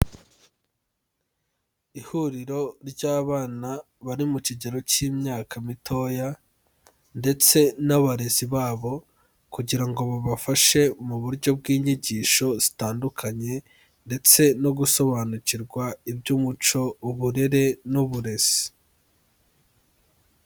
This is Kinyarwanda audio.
Ihuriro ry'abana bari mu kigero cy'imyaka mitoya ndetse n'abarezi babo kugira ngo babafashe mu buryo bw'inyigisho zitandukanye ndetse no gusobanukirwa iby'umuco, uburere n'uburezi.